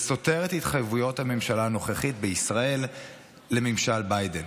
וסותר את התחייבויות הממשלה הנוכחית בישראל לממשל ביידן.